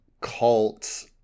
cult